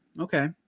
Okay